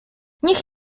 niech